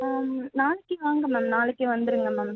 நாளைக்கு வாங்க மேம் நாளைக்கு வந்துருங்கள் மேம்